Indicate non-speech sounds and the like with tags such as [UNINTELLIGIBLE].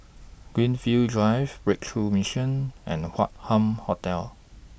Greenfield Drive Breakthrough Mission and Hup [UNINTELLIGIBLE] Hotel